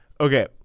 Okay